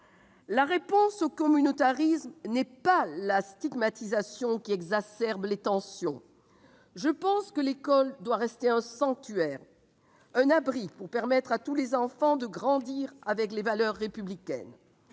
La réponse au communautarisme n'est pas la stigmatisation qui exacerbe les tensions. L'école, à mon sens, doit rester un sanctuaire, un abri pour permettre à tous les enfants de grandir avec les valeurs républicaines.